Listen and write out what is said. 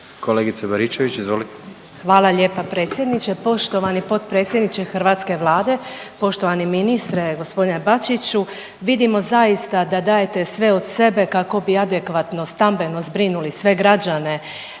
Kolegice Baričević, izvolite.